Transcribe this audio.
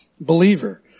believer